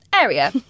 Area